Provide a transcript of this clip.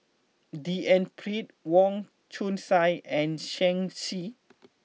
D N Pritt Wong Chong Sai and Shen Xi